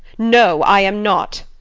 no! i am not.